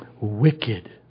wicked